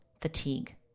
fatigue